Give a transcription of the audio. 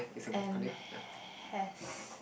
and has